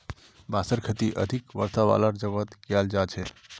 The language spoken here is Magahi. बांसेर खेती अधिक वर्षा वालार जगहत कियाल जा छेक